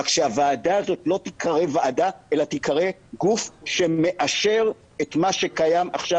רק שהוועדה הזאת לא תיקרא ועדה אלא תיקרא גוף שמאשר את מה שקיים עכשיו